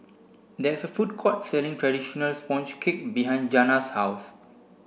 there is a food court selling traditional sponge cake behind Jana's house